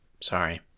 sorry